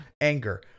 anger